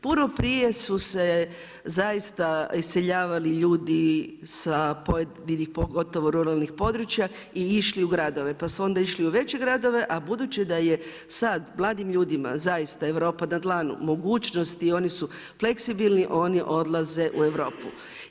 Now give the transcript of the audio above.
Puno prije su se zaista iseljavali ljudi sa pojedinih pogotovo ruralnih područja i išli u gradove, pa su onda išli u veće gradove a budući da je sad mladim ljudima zaista Europa na dlanu mogućnosti, oni su fleksibilni, oni odlaze u Europu.